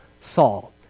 Saul